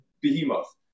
behemoth